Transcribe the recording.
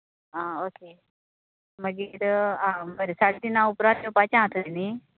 हां ओके मागीर आं सांजे तिनां उपरांत हांव थंय न्ही